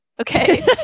Okay